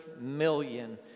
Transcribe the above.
million